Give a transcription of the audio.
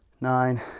nine